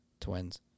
twins